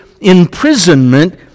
imprisonment